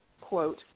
quote